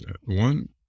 One